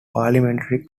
parliamentary